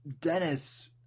Dennis